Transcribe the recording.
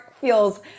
feels